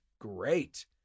Great